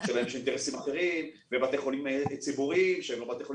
שלהן יש אינטרסים אחרים ובתי חולים ציבוריים שהם לא בתי חולים